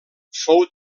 fou